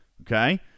Okay